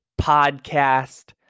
Podcast